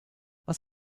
was